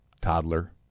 toddler